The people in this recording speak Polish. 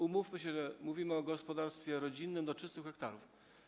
Umówmy się, że mówimy o gospodarstwie rodzinnym do 300 ha.